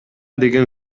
деген